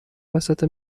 وسط